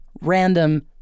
random